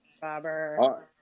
Bobber